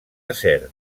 acer